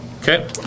Okay